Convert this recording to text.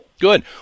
Good